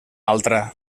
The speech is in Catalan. altra